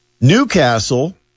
Newcastle